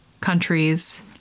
countries